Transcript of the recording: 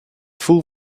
fool